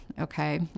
Okay